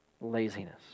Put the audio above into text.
laziness